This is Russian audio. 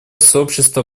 сообщество